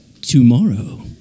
tomorrow